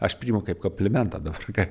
aš priimu kaip komplimentą dabar ka